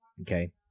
Okay